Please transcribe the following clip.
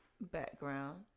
background